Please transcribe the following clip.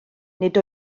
nid